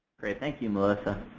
great. thank you melissa.